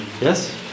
Yes